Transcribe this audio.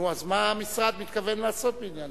נו, אז מה המשרד מתכוון לעשות בעניין זה?